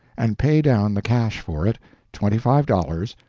and pay down the cash for it twenty-five dollars,